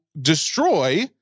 destroy